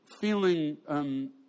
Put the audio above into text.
feeling